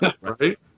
Right